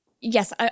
Yes